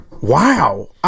Wow